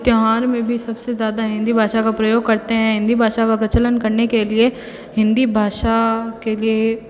त्यौहार में भी सब से ज़्यादा हिंदी भाषा का प्रयोग करते हैं हिंदी भाषा का प्रचलन करने के लिए हिंदी भाषा के लिए